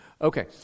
Okay